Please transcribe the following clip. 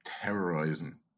Terrorizing